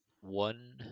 one